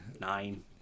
Nine